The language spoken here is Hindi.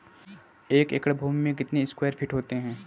एक एकड़ भूमि में कितने स्क्वायर फिट होते हैं?